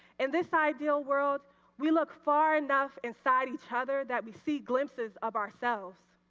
and this ideal world we look far enough inside each other that we see glimpses of ourselves.